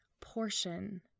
portion